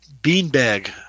beanbag